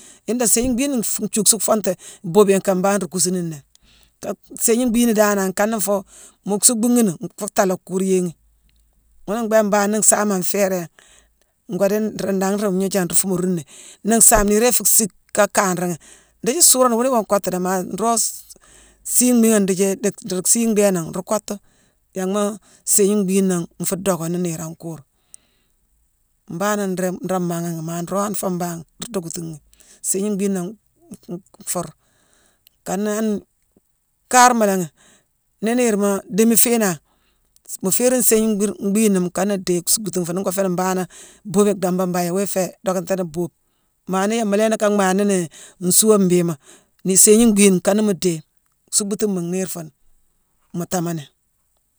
Yune dan sééyigne mbhiine nfuun-njuuksu fongtéé boobiyone kama mbhangh nruu kuusuni ni nnéé. Ka-sééyigne mbhiine nnéé danane nkane fuu-mu suuckbu ghi ni, nfuu thaalé kuur yééghi. Guuuna mbééké mbangh nii nsaame an fééré yangh, ngoo dii nruu nangh nruu gnoojangh nruu foomoruuni. Nii nsaame, niirane ifuu siick kaa kanra ghi. Ndiithi suuronowu, wune iwoo nkottu déé, maa nroog s-sii mmiighaghe ndiithi-dii-nruu sii ndhéé nangh nruu kottu yanghma sééyigne mbhiina nfuu dhockani niir an kuur. Mbaa néé nraa-nraa maagha ghi. Maa nroog han foo mbangh nruu dockatu ghi. Séégne mbhiina-n-nfuur. Akaana han kaarma laanghi nii niirma déémi fii nangh, mu féérine sééyigna mbur-mbhiina, nkana idééye suuckbutung foo. Nii ngoo fééni mbangh nangh boobiyone dhambak mbangh yééwo yéé féé-docka déétaani boobe. Maa nii yaama lééni ka mhaaka mhaane nini nsuua mbiibima, nii sééyigne mbhiine, nakana mu dééye suukcbutune mhu nhiir fune mu taamani.